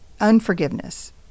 unforgiveness